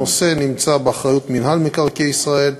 הנושא נמצא באחריות מינהל מקרקעי ישראל,